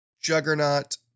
Juggernaut